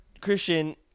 Christian